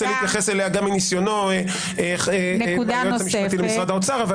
להתייחס אליה גם מניסיונו כיועץ משפטי במשרד האוצר.